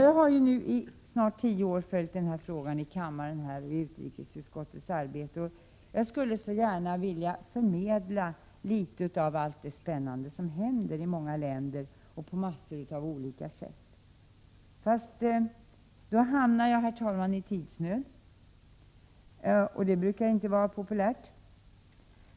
Jag har nu i snart tio år följt den här frågan här i kammaren och i utrikesutskottet, och jag skulle så gärna vilja förmedla litet av allt det spännande som hänt i många länder på massor av olika sätt, fast då hamnar jag i tidsnöd, och det brukar inte vara populärt.